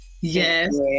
Yes